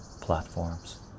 platforms